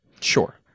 Sure